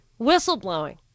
whistleblowing